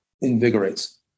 invigorates